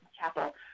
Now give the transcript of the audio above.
chapel